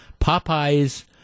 Popeye's